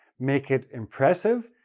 make it impressive,